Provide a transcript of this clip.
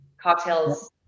cocktails